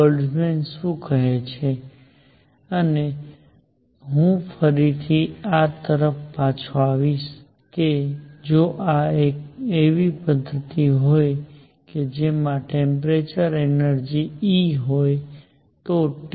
Boltzmann શું કહે છે અને હું ફરીથી આ તરફ પાછો આવીશ કે જો એવી પદ્ધતિ હોય કે જેમાં ટેમ્પરેચર એનર્જી E હોય તો T